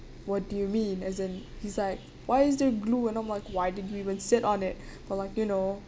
what do you mean as in he's like why is there glue and I'm like why did you even sit on it but like you know